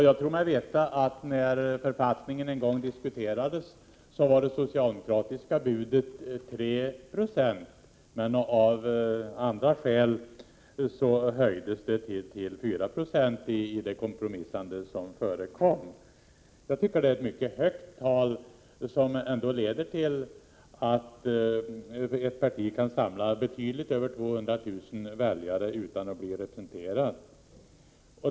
Jag tror mig veta att när författningen en gång diskuterades, var det socialdemokratiska budet 3 20. Men i det kompromissande som förekom höjdes till slut gränsen till 4 96. Jag tycker att detta är ett mycket högt tal, som leder till att ett parti kan samla betydligt över 200 000 väljare men ändå inte bli representerat.